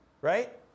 Right